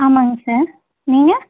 ஆமாங்க சார் நீங்கள்